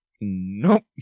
Nope